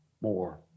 more